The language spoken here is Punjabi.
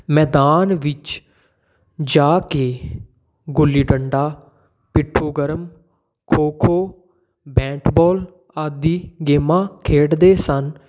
ਮੈਦਾਨ ਵਿੱਚ ਜਾ ਕੇ ਗੁੱਲੀ ਡੰਡਾ ਪਿੱਠੂ ਗਰਮ ਖੋ ਖੋ ਬੈਟ ਬੋਲ ਆਦਿ ਗੇਮਾਂ ਖੇਡਦੇ ਸਨ